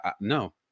no